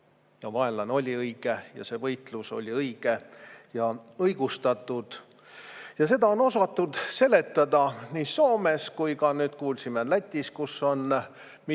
Vaenlane oli õige ning see võitlus oli õige ja õigustatud. Seda on osatud seletada nii Soomes kui ka, nüüd kuulsime, Lätis, kus on mitmeid